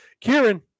Kieran